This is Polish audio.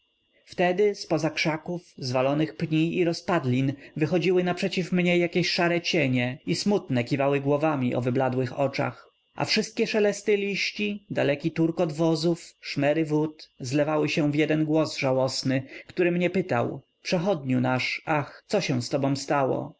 wtedy zpoza krzaków zwalonych pni i rozpadlin wychodziły naprzeciw mnie jakieś szare cienie i smutnie kiwały głowami o wybladłych oczach a wszystkie szelesty liści daleki turkot wozów szmery wód zlewały się w jeden głos żałosny który mnie pytał przechodniu nasz ach co się z tobą stało